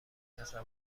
تصور